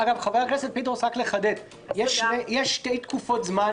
רק לחדד, יש שתי תקופות זמן